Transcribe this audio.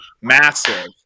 massive